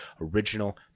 original